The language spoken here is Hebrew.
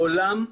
מעולם,